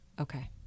Okay